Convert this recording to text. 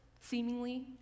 seemingly